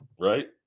Right